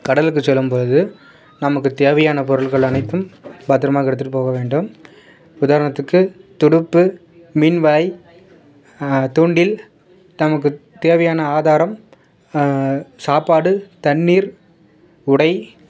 கடலுக்கு செல்லும்போது நமக்கு தேவையான பொருட்கள் அனைத்தும் பத்திரமாக எடுத்துகிட்டு போக வேண்டும் உதாரணத்துக்கு துடுப்பு மின்வாய் தூண்டில் நமக்கு தேவையான ஆதாரம் சாப்பாடு தண்ணீர் உடை